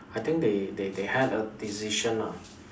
I think they they they had a decision ah